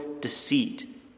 deceit